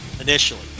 initially